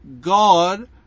God